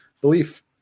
belief